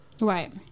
Right